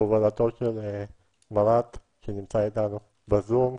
בהובלתו של ברק שנמצא איתנו בזום,